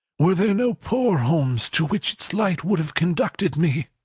were there no poor homes to which its light would have conducted me!